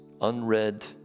unread